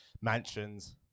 mansions